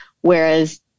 whereas